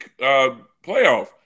playoff